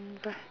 அப்பா:appaa